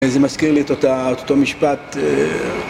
זה מזכיר לי את אותה, את אותו משפט